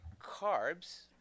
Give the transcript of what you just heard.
carbs